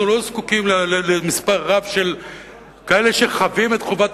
אנחנו לא זקוקים למספר רב של כאלה שחבים את חובת